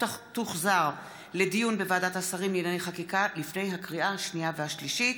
תוחזר לדיון בוועדת השרים לענייני חקיקה לפני הקריאה השנייה והשלישית.